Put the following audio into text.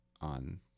on